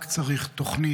רק צריך תוכנית,